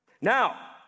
Now